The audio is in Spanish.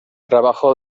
trabajó